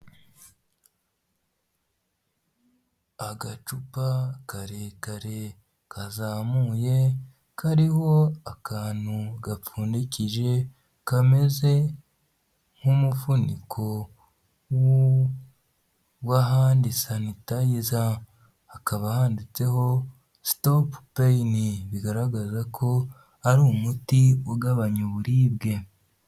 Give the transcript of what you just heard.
Agacupa karerekare kazamuye kariho akantu gapfundikije kameze nk'umufuniko wa handi sanitayiza, hakaba handitseho stop pain bigaragaza ko ari umuti ugabanya uburibwe.